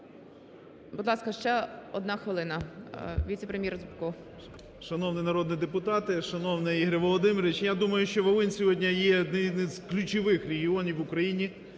Будь ласка, ще 1 хвилина, віце-прем'єр Зубко. 10:52:40 ЗУБКО Г.Г. Шановні народні депутати, шановний Ігор Володимирович! Я думаю, що Волинь сьогодні є одним із ключових регіонів в Україні